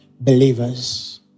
believers